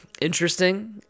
interesting